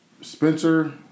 Spencer